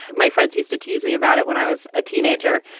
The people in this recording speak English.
my friends used to tease me about it when i was a teenager.